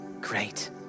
great